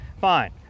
fine